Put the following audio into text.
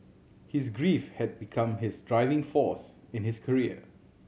his grief had become his driving force in his career